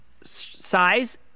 size